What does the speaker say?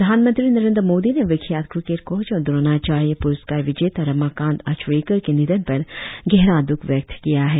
प्रधानमंत्री नरेंद्र मोदी ने विख्यात क्रिकेट कोच और द्रोणाचार्य पुरस्कार विजेता रमाकांत आचरेकर के निधन पर गहरा दुख व्यक्त किया है